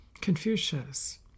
Confucius